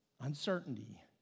Uncertainty